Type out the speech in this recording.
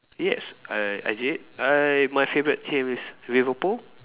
yes I I did I my favourite team is Liverpool